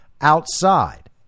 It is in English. outside